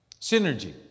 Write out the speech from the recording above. Synergy